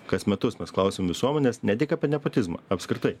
kas metus mes klausiam visuomenės ne tik apie nepotizmą apskritai